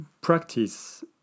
practice